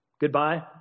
Goodbye